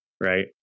right